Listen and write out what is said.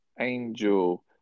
Angel